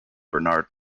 bernard